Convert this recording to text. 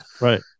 Right